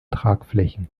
tragflächen